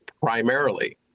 primarily